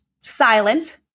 silent